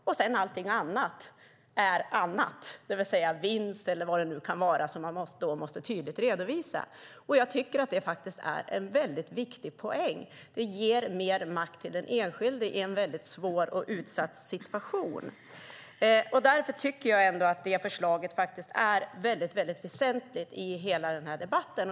Sedan är allt det andra annat - det vill säga vinst och så vidare - som man tydligt måste redovisa. Jag tycker att detta är en viktig poäng. Det ger mer makt till den enskilde i en svår och utsatt situation. Därför tycker jag att detta förslag är väsentligt i hela debatten.